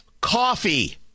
coffee